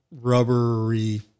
rubbery